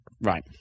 right